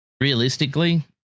Realistically